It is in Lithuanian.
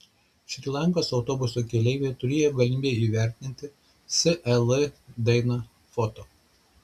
šri lankos autobuso keleiviai turėjo galimybę įvertinti sel dainą foto